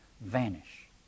vanish